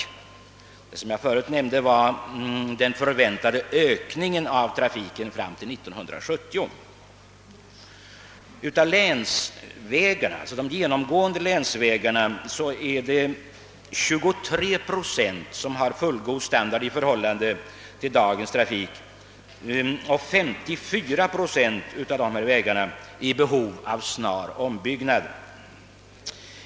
De siffror som jag förut nämnde gällde den väntade ökningen av trafiken fram till 1970. Av de genomgående länsvägarna har 23 procent fullgod standard i förhållande till dagens trafik och 54 procent är i behov av snar ombyggnad.